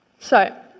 so.